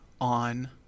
on